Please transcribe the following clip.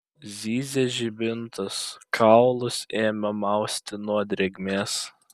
zyzė žibintas kaulus ėmė mausti nuo drėgmės